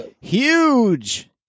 huge